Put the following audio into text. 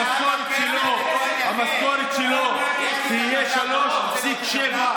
המשכורת שלו תהיה 3,700 שקל.